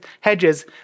Hedges